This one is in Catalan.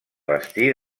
vestir